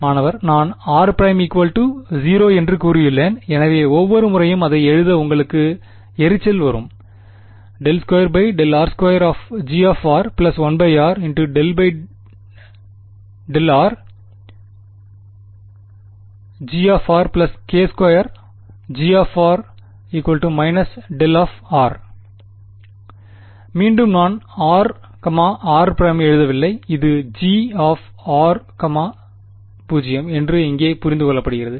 மாணவர் நான் r ′ 0 என்று கூறியுள்ளேன் எனவே ஒவ்வொரு முறையும் அதை எழுத உங்களுக்கு எரிச்சல் வரும் ∂2∂r2G 1r ∂∂rGk2G மீண்டும் நான் r r ′ எழுதவில்லை இது G r 0 என்று இங்கே புரிந்து கொள்ளப்படுகிறது